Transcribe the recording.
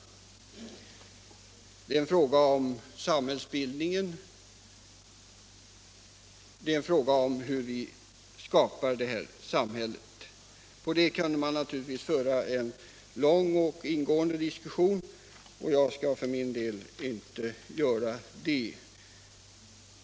Det är fråga om samhällsbildningen, det är fråga om hur vi skapar det här samhället. Om det kan man naturligtvis föra en lång och ingående diskussion. Jag skall för min del inte göra det.